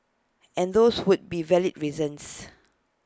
and those would be valid reasons